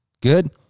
good